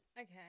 Okay